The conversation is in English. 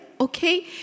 okay